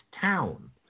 Town